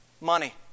Money